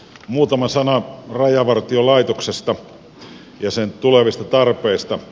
muutama sana rajavartiolaitoksesta ja sen tulevista tarpeista